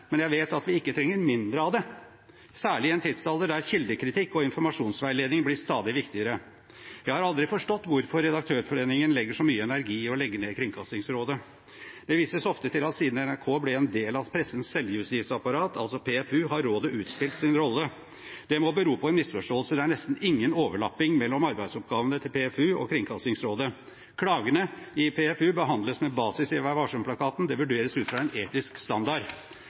men jeg vet at vi ikke trenger mindre av det, særlig i en tidsalder der kildekritikk og informasjonsveiledning blir stadig viktigere. Jeg har aldri forstått hvorfor Redaktørforeningen legger så mye energi i å legge ned Kringkastingsrådet. Det vises ofte til at siden NRK ble en del av pressens selvjustisapparat, altså PFU, har rådet utspilt sin rolle. Det må bero på en misforståelse – det er nesten ingen overlapping mellom arbeidsoppgavene til PFU og Kringkastingsrådet. Klagene i PFU behandles med basis i Vær varsom-plakaten, de vurderes ut fra en etisk standard.